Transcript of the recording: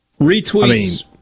retweets